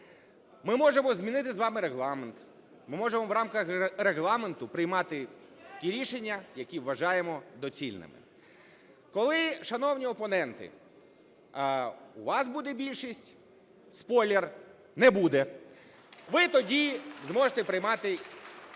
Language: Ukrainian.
Ми можемо змінити з вами Регламент. Ми можемо в рамках Регламенту приймати ті рішення, які вважаємо доцільними. Коли, шановні опоненти, у вас буде більшість, спойлеру не буде, ви тоді зможете приймати